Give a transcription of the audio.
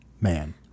man